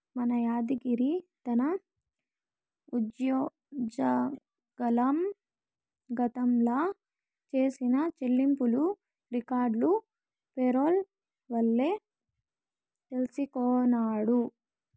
మన యాద్గిరి తన ఉజ్జోగంల గతంల చేసిన చెల్లింపులు రికార్డులు పేరోల్ వల్లే తెల్సికొన్నాడు